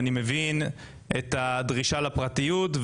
אני מבין את הדרישה לפרטיות,